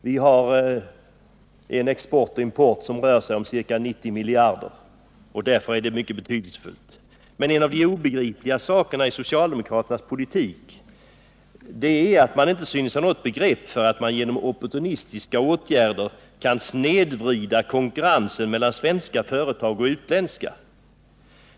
Vi har en export och en import som rör sig om ca 90 miljarder kronor, och därför är det mycket betydelsefullt. Men en av de obegripliga sakerna i socialdemokraternas politik är att man inte synes ha något begrepp om att man genom opportunistiska åtgärder kan snedvrida konkurrensen mellan svenska företag och utländska.